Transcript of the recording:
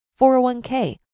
401k